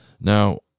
Now